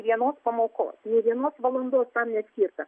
vienos pamokos nė vienos valandos tam neskirta